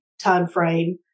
timeframe